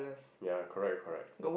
ya correct correct